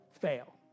fail